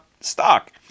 stock